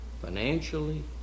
financially